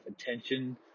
attention